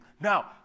now